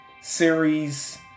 Series